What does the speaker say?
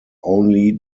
only